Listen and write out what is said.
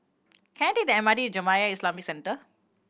can I take the M R T Jamiyah Islamic Centre